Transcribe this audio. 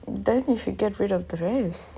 then you should get rid of the rest